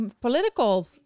political